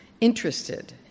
interested